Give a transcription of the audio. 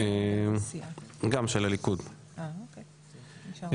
הצבעה אושר.